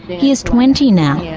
he is twenty now. yeah